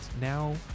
now